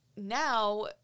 Now